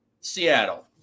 Seattle